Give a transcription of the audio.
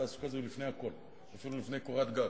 התעסוקה היא לפני הכול ואפילו לפני קורת גג.